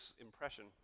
impression